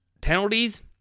penalties